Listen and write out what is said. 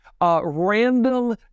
random